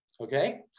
okay